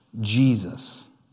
Jesus